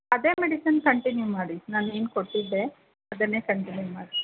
ಅದೇ medicine continue ಮಾಡಿ ನಾನು ಏನು ಕೊಟ್ಟಿದ್ದೆ ಅದನ್ನೇ ಕಂಟಿನ್ಯೂ ಮಾಡಿ